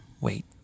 Wait